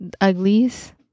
Uglies